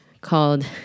called